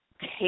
take